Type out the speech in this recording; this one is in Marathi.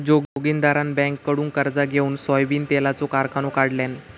जोगिंदरान बँककडुन कर्ज घेउन सोयाबीन तेलाचो कारखानो काढल्यान